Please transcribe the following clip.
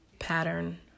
pattern